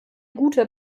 guter